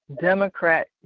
Democrat